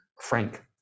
frank